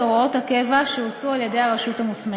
הוראות הקבע שהוצאו על-ידי הרשות המוסמכת.